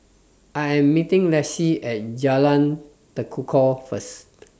I Am meeting Lexie At Jalan Tekukor First